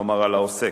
כלומר על העוסק.